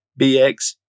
BX